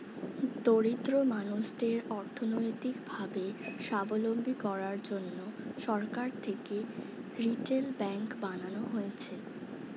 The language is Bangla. দরিদ্র মানুষদের অর্থনৈতিক ভাবে সাবলম্বী করার জন্যে সরকার থেকে রিটেল ব্যাঙ্ক বানানো হয়েছে